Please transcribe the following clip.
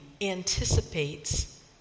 anticipates